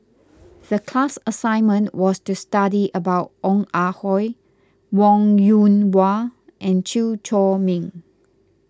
the class assignment was to study about Ong Ah Hoi Wong Yoon Wah and Chew Chor Meng